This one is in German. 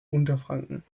unterfranken